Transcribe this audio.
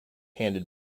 handed